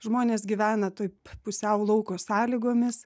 žmonės gyvena taip pusiau lauko sąlygomis